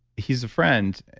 he's a friend.